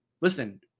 listen